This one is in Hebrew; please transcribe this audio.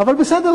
אבל בסדר.